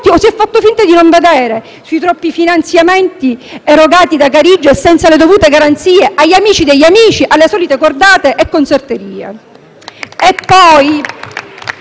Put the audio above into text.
o si è fatto finta di non vedere i troppi finanziamenti erogati da Carige senza le dovute garanzie agli amici degli amici, alle solite cordate e consorterie.